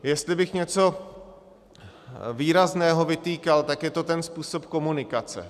Jestli bych něco výrazného vytýkal, tak je to ten způsob komunikace.